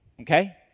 Okay